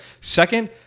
Second